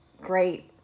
great